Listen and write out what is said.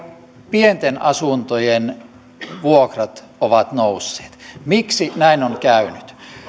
pienten asuntojen vuokrat ovat nousseet miksi näin on käynyt